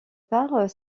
part